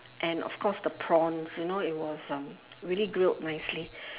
and of course the prawns you know it was um really grilled nicely